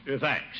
Thanks